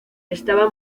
estaba